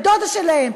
את דודה שלהם,